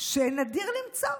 שנדיר למצוא,